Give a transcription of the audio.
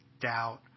doubt